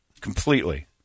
Completely